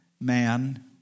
Man